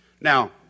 Now